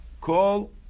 Call